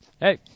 hey